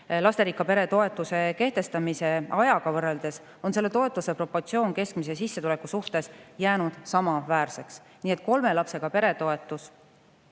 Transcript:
Lasterikka pere toetuse kehtestamise ajaga võrreldes on selle toetuse proportsioon keskmise sissetuleku suhtes jäänud samaväärseks. Kolme lapsega pere toetus